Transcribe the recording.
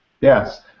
Yes